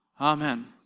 Amen